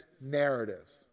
narratives